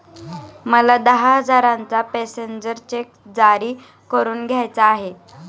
मला दहा हजारांचा पॅसेंजर चेक जारी करून घ्यायचा आहे